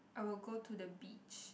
I will go to the beach